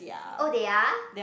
oh they are